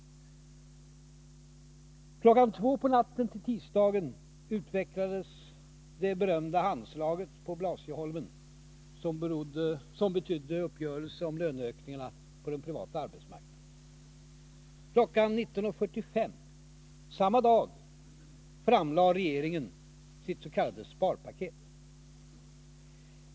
Kl. 2 på natten till tisdagen utväxlades det berömda handslaget på Blasieholmen som betydde uppgörelse om löneökningarna på den privata arbetsmarknaden. Kl. 19.45 samma dag framlade regeringen sitt s.k. sparpaket.